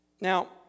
Now